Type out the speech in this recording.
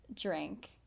drink